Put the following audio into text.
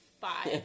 five